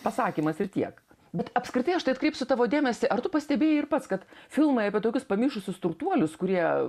pasakymas ir tiek bet apskritai aš tai atkreipsiu tavo dėmesį ar tu pastebėjai ir pats kad filmai apie tokius pamišusius turtuolius kurie